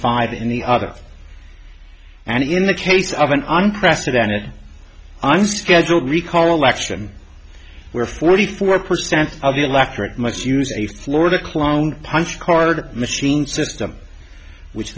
five in the other and in the case of an unprecedented i'm scheduled recall election where forty four percent of the electorate much use the florida cloned punch card machine system which